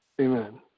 Amen